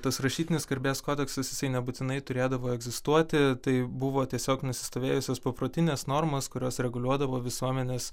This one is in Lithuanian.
tas rašytinis garbės kodeksas jisai nebūtinai turėdavo egzistuoti tai buvo tiesiog nusistovėjusios paprotinės normos kurios reguliuodavo visuomenės